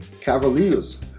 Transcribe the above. Cavaliers